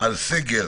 לסעיף קטן (א)